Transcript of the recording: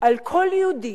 על כל יהודי,